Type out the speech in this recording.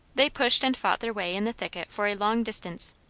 they pushed and fought their way in the thicket for a long distance,